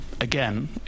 Again